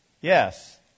Yes